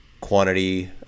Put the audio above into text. quantity